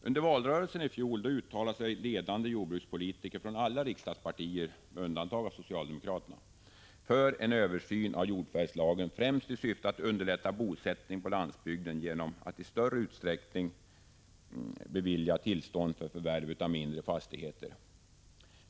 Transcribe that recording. Under valrörelsen i fjol uttalade sig ledande jordbrukspolitiker från alla riksdagspartier — med undantag av socialdemokraterna — för en översyn av jordförvärvslagen främst i syfte att underlätta bosättning på landsbygden genom att i större utsträckning bevilja tillstånd att förvärva mindre fastigheter.